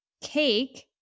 cake